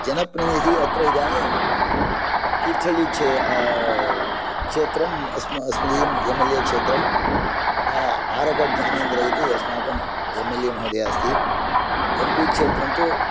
जनप्रतिनिधि अत्र इदानीं तीर्थहल्ली क्षेत्रम् अस्मदीयं एम् एल् ए क्षेत्रं आरग ज्ञानेन्द्र इति अस्माकम् एम् एल् ए महोदय अस्ति एम् पी क्षेत्रन्तु